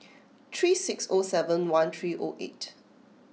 three six O seven one three O eight